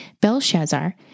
Belshazzar